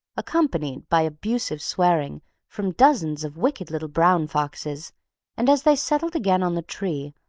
accompanied by abusive swearing from dozens of wicked little brown foxes and, as they settled again on the tree,